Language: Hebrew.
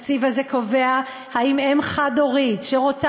התקציב הזה קובע אם אם חד-הורית שרוצה